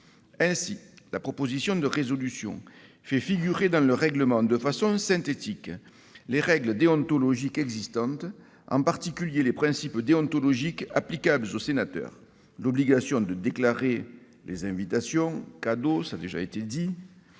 Ainsi, la proposition de résolution prévoit de faire figurer dans le règlement, de façon synthétique, les règles déontologiques existantes, en particulier les principes déontologiques applicables aux sénateurs, l'obligation de déclarer les invitations, cadeaux, dons et